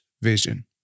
vision